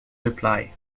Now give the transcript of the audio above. reply